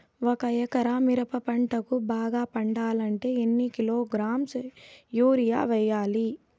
ఒక ఎకరా మిరప పంటకు బాగా పండాలంటే ఎన్ని కిలోగ్రామ్స్ యూరియ వెయ్యాలి?